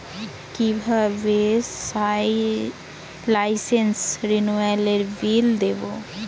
কিভাবে লাইসেন্স রেনুয়ালের বিল দেবো?